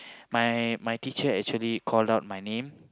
my my teacher actually called out my name